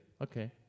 Okay